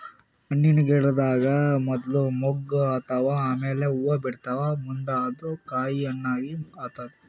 ಹಣ್ಣಿನ್ ಗಿಡದಾಗ್ ಮೊದ್ಲ ಮೊಗ್ಗ್ ಆತವ್ ಆಮ್ಯಾಲ್ ಹೂವಾ ಬಿಡ್ತಾವ್ ಮುಂದ್ ಅದು ಕಾಯಿ ಆಗಿ ಹಣ್ಣ್ ಆತವ್